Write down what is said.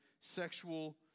sexual